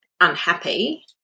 unhappy